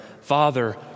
Father